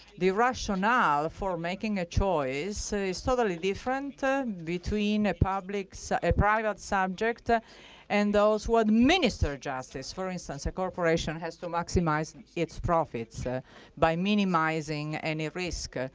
the rationale for making a choice is totally different ah between so a private subject ah and those will administer justice. for instance, a corporation has to maximize its profits ah by minimizing any risk.